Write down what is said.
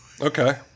Okay